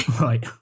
right